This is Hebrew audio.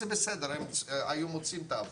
הם היו מוצאים עבודה,